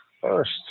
first